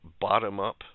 bottom-up